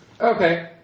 Okay